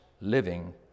living